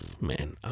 Man